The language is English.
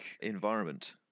environment